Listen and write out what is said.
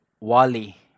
Wally